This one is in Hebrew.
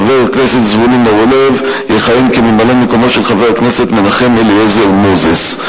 חבר הכנסת זבולון אורלב יכהן כממלא-מקום של חבר הכנסת מנחם אליעזר מוזס.